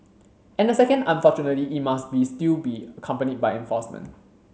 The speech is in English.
and the second unfortunately it must be still be accompanied by enforcement